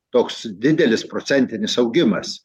toks didelis procentinis augimas